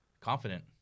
Confident